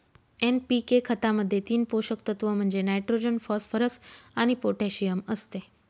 NPK खतामध्ये तीन पोषक तत्व म्हणजे नायट्रोजन, फॉस्फरस आणि पोटॅशियम असते